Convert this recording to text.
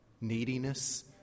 neediness